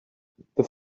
the